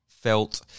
felt